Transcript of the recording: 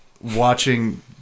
watching